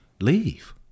leave